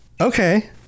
okay